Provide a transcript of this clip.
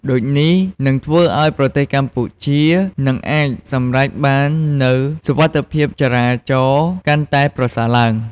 ដូចនេះ នឹងធ្វើឪ្យប្រទេសកម្ពុជានឹងអាចសម្រេចបាននូវសុវត្ថិភាពចរាចរណ៍កាន់តែប្រសើរឡើង។